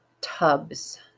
tubs